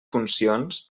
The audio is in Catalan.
funcions